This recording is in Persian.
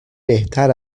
بهتر